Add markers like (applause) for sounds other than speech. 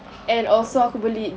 (breath) ya allah